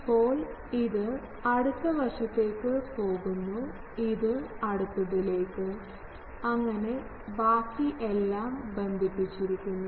ഇപ്പോൾ ഇത് അടുത്ത വശത്തേക്ക് പോകുന്നു ഇത് അടുത്തതിലേക്ക് അങ്ങനെ ബാക്കി എല്ലാ ബന്ധിപ്പിച്ചിരിക്കുന്നു